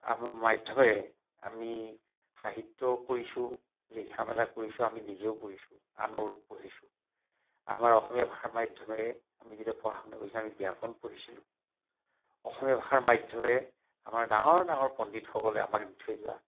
আমাৰ মাধ্যমেৰে আমি সাহিত্য কৰিছোঁ লিখা মেলা কৰিছোঁ আমি নিজেও পঢ়িছোঁ আনৰো পঢ়িছোঁ আমাৰ অসমীয়া ভাষাৰ মাধ্যমেৰে আমি যেতিয়া পঢ়া শুনা কৰিছিলোঁ আমি ব্যাকৰণ পঢ়িছিলোঁ অসমীয়া ভাষাৰ মাধ্যমেৰে আমাৰ ডাঙৰ ডাঙৰ পণ্ডিতসকলে আমাক দি থৈ যোৱা